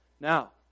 Now